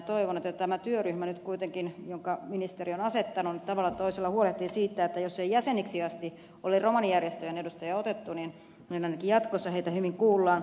toivon että tämä työryhmä jonka ministeri on asettanut nyt kuitenkin tavalla tai toisella huolehtii siitä jos ei jäseniksi asti ole romanijärjestöjen edustajia otettu että ainakin jatkossa heitä hyvin kuullaan